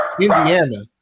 Indiana